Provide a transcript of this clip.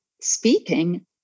speaking